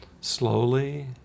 Slowly